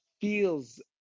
feels